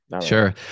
sure